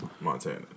Montana